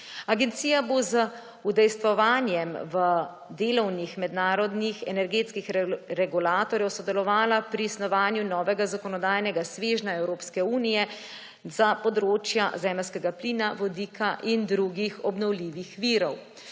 Agencija bo z udejstvovanjem v delovanju mednarodnih energetskih regulatorjev sodelovala pri snovanju novega zakonodajnega svežnja Evropske unije za področja zemeljskega plina, vodika in drugih obnovljivih virov.